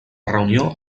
reunió